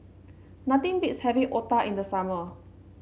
nothing beats having Otah in the summer